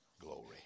glory